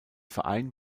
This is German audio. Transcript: verein